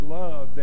love